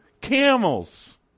camels